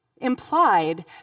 implied